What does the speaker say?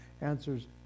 answers